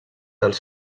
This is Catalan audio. dels